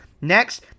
Next